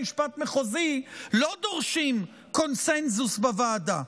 המשפט המחוזי לא דורשים קונסנזוס בוועדה,